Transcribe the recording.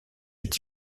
est